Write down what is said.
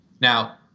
now